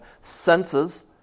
senses